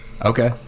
okay